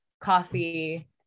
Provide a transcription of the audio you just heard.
coffee